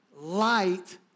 light